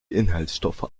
inhaltsstoffe